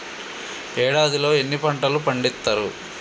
ఏడాదిలో ఎన్ని పంటలు పండిత్తరు?